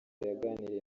yaganiriye